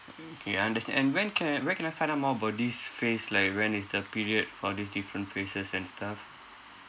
mm K understand and when can where can I find out more about this phase like when is the period for these different phases and stuff